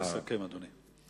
נא לסכם, אדוני.